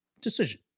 Decision